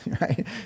right